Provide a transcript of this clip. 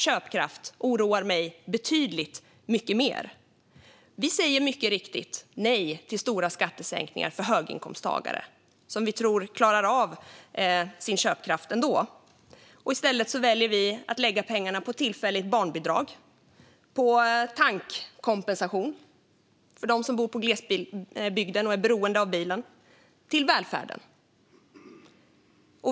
Detta oroar mig mycket mer. Vi säger mycket riktigt nej till stora skattesänkningar för höginkomsttagare, som vi tror klarar sin köpkraft ändå. I stället väljer vi att lägga pengarna på tillfälligt barnbidrag, på tankningskompensation för dem som bor i glesbygd och är beroende av bilen samt på välfärden.